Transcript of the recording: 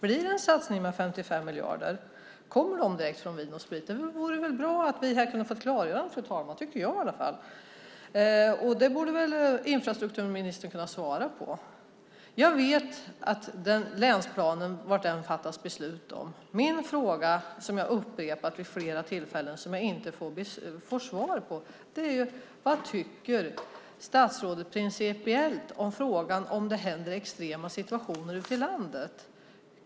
Blir det en satsning med 55 miljarder? Kommer de direkt från Vin & Sprit? Det vore bra om vi här kunde få ett klargörande, fru talman. Det tycker jag i alla fall. Den här frågan borde väl infrastrukturministern kunna svara på. Jag vet var beslutet fattas om länsplanen. Min fråga, som jag upprepat vid flera tillfällen men inte får svar på, är: Vad tycker statsrådet principiellt i frågan om det uppstår extrema situationer ute i landet?